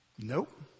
Nope